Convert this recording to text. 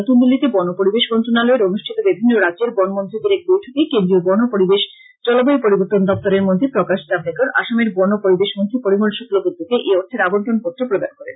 নতুন দিল্লীতে বন ও পরিবেশ মন্ত্রনালয়ের অনুষ্ঠিত বিভিন্ন রাজ্যের বন মন্ত্রীদের এক বৈঠকে কেন্দ্রীয় বন ও পরিবেশ ও জলবায় পরিবর্তন দপ্তরের মন্ত্রী প্রকাশ জাভরেকর আসামের বন ও পরিবেশ মন্ত্রী পরিমল শুক্লবৈদ্যকে এই অর্থের আবন্টন পত্র প্রদান করেন